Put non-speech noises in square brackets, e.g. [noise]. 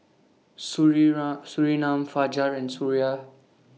[unintelligible] Surinam Fajar and Suraya